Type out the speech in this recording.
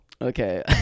Okay